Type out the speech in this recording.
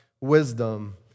wisdom